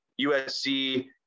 USC